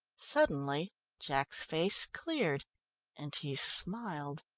suddenly jack's face cleared and he smiled.